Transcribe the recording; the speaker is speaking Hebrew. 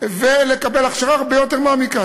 ולקבל הכשרה הרבה יותר מעמיקה,